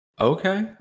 Okay